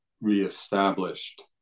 reestablished